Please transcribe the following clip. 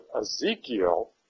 Ezekiel